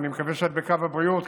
אני מקווה שאת בקו הבריאות,